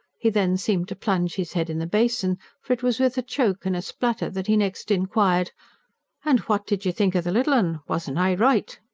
he then seemed to plunge his head in the basin, for it was with a choke and a splutter that he next inquired and what did you think of the little un? wasn't i right?